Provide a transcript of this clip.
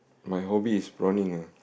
my hobby is prawning ah